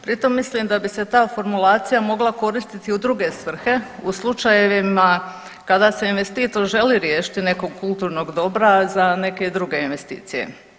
Pri tome mislim da bi se ta formulacija mogla koristiti u druge svrhe u slučajevima kada se investitor želi riješiti nekog kulturnog dobra za neke druge investicije.